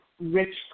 rich